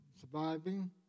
surviving